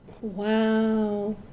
Wow